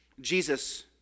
Jesus